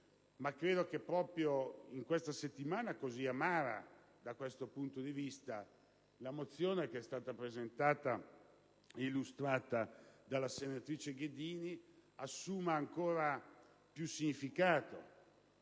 e complesso. Proprio in una settimana così amara da questo punto di vista, la mozione che è stata illustrata dalla senatrice Ghedini assume ancora più significato,